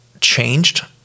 changed